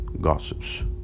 gossips